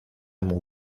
mon